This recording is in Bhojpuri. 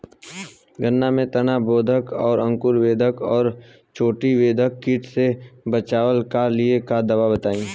गन्ना में तना बेधक और अंकुर बेधक और चोटी बेधक कीट से बचाव कालिए दवा बताई?